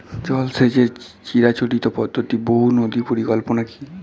জল সেচের চিরাচরিত পদ্ধতি বহু নদী পরিকল্পনা কি?